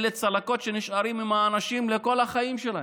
אלה צלקות שנשארות עם האנשים לכל החיים שלהם.